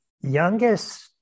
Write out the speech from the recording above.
youngest